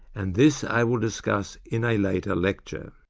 and this i will discuss in a later later